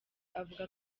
avuga